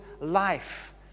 life